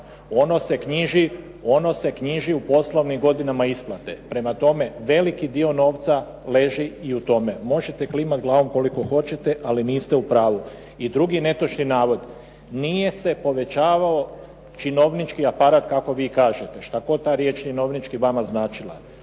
Ono se knjiži u poslovnim godinama isplate. Prema tome, veliki dio novca leži i u tome. Možete klimati glavom koliko hoćete, ali niste u pravu. I drugi netočni navod, nije se povećavao činovnički aparat kako vi kažete, što god ta riječ činovnički vama značila.